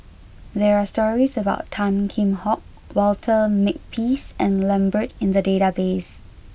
there are stories about Tan Kheam Hock Walter Makepeace and Lambert in the database